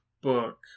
book